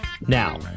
Now